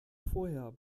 vorher